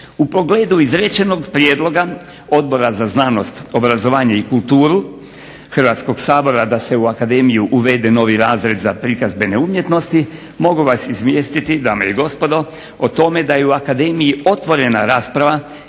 U pogledu izrečenog prijedloga Odbora za znanost, obrazovanje i kulturu Hrvatskog sabora da se u akademiju uvede novi razred za prikazdbene umjetnosti mogu vas izvijestiti dame i gospodo o tome da je u akademiji otvorena rasprava